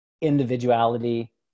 individuality